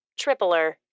tripler